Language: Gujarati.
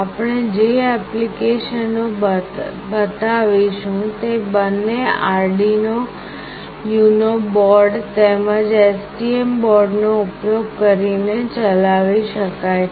આપણે જે ઍપ્લિકેશનો બતાવીશું તે બંને આર્ડિનો UNO બોર્ડ તેમજ STM બોર્ડનો ઉપયોગ કરીને ચલાવી શકાય છે